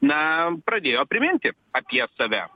na pradėjo priminti apie save